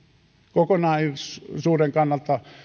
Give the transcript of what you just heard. kokonaisuuden kannalta